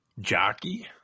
jockey